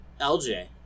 LJ